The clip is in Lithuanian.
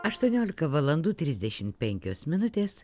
aštuoniolika valandų trisdešimt penkios minutės